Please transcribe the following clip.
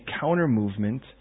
counter-movement